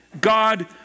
god